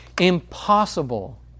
impossible